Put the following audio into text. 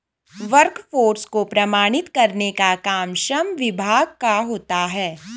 workforce को प्रमाणित करने का काम श्रम विभाग का होता है